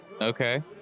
Okay